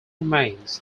remains